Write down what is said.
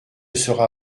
sera